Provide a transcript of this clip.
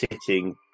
sitting